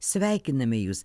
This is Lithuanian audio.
sveikiname jus